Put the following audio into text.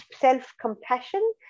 self-compassion